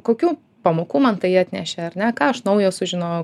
kokių pamokų man tai atnešė ar ne ką aš naujo sužinojau